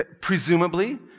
Presumably